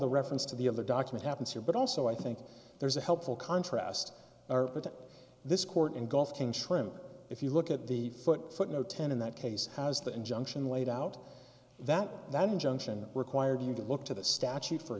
the reference to the other document happens here but also i think there's a helpful contrast to this court and gulf shrimp if you look at the foot footnote ten in that case has that injunction laid out that that injunction required you to look to the statute for